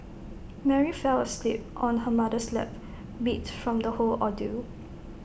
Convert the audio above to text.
Mary fell asleep on her mother's lap beat from the whole ordeal